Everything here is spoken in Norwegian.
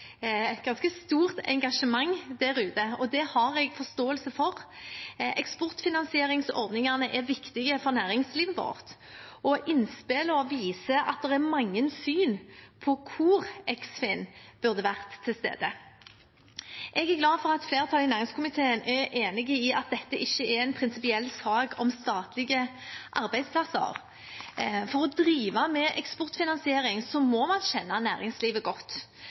et ganske stort engasjement der ute, og det har jeg forståelse for. Eksportfinansieringsordningene er viktige for næringslivet vårt. Innspillene viser at det er mange syn på hvor Eksfin burde vært til stede. Jeg er glad for at flertallet i næringskomiteen er enig i at dette ikke er en prinsipiell sak om statlige arbeidsplasser. For å drive med eksportfinansiering må man kjenne næringslivet godt.